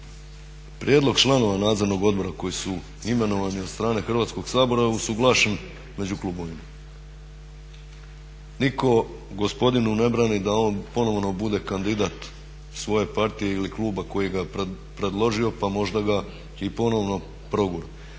prijedlog članova Nadzornog odbora koji su imenovani od strane Hrvatskog sabora je usuglašen među klubovima. Nitko gospodinu ne brani da on ponovno bude kandidat svoje partije ili kluba koji ga je predložio pa možda ga i ponovno progura,